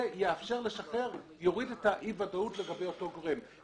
זה יוריד את אי הוודאות לגבי אותו גורם.